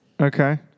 Okay